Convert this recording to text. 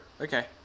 Okay